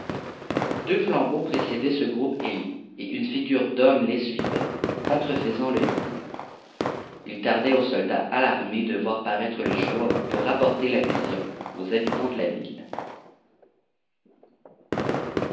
deux flambeaux précédaient ce groupe ailé et une figure d'homme les suivait contrefaisant le hibou il tardait aux soldats alarmés de voir paraître le jour pour rapporter la vision aux habitants de la ville